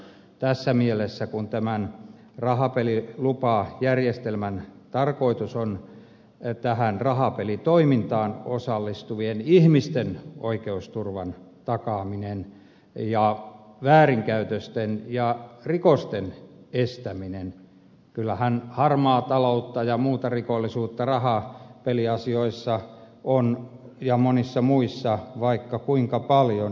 tässä mielessä kun tämän rahapelilupajärjestelmän tarkoitus on tähän rahapelitoimintaan osallistuvien ihmisten oikeusturvan takaaminen ja väärinkäytösten ja rikosten estäminen kyllähän harmaata taloutta ja muuta rikollisuutta rahapeliasioissa on ja monissa muissa vaikka kuinka paljon